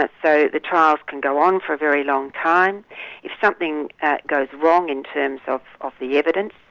ah so the trials can go on for a very long time if something goes wrong, in terms so of the evidence,